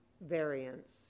variance